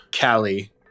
Callie